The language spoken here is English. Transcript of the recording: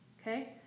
okay